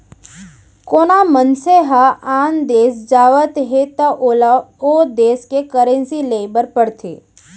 कोना मनसे ह आन देस जावत हे त ओला ओ देस के करेंसी लेय बर पड़थे